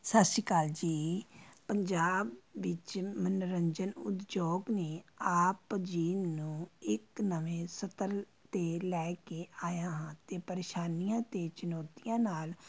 ਸਤਿ ਸ਼੍ਰੀ ਅਕਾਲ ਜੀ ਪੰਜਾਬ ਵਿੱਚ ਮਨੋਰੰਜਨ ਉਦਯੋਗ ਨੇ ਆਪ ਜੀ ਨੂੰ ਇੱਕ ਨਵੇਂ ਸਤਰ 'ਤੇ ਲੈ ਕੇ ਆਇਆ ਹਾਂ ਅਤੇ ਪ੍ਰੇਸ਼ਾਨੀਆਂ ਅਤੇ ਚੁਣੌਤੀਆਂ ਨਾਲ